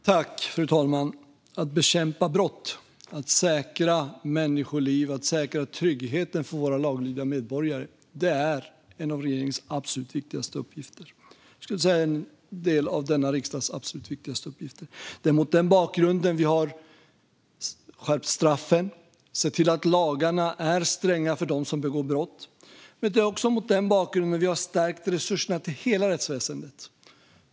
Fru talman! Att bekämpa brott, säkra människoliv och säkra tryggheten för våra laglydiga medborgare är en av regeringens absolut viktigaste uppgifter. Jag skulle även säga att det är en av denna riksdags absolut viktigaste uppgifter. Det är mot den bakgrunden vi har skärpt straffen och sett till att lagarna är stränga för dem som begår brott. Det är också mot den bakgrunden vi har stärkt resurserna till hela rättsväsendet.